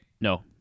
No